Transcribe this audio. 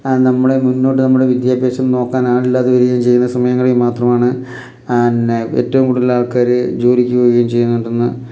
നമ്മളെ മുന്നോട്ട് നമ്മുടെ വിദ്യാഭ്യാസം നോക്കാൻ ആളില്ലാത വരികയും ചെയ്യുന്ന സമയങ്ങളിൽ മാത്രമാണ് ഏറ്റവും കൂടുതൽ ആൾക്കാർ ജോലിക്ക് പോവുകയും ചെയ്യുന്നുണ്ടെന്ന്